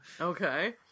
Okay